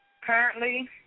Currently